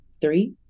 three